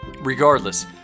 Regardless